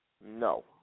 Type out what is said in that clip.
No